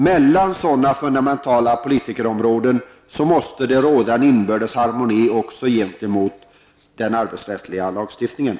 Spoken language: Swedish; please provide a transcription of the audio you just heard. Mellan sådana fundamentala politikområden måste det råda en inbördes harmoni, också gentemot den arbetsrättsliga lagstiftningen.